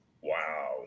Wow